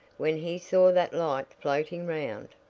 when he saw that light floating round.